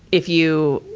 if you,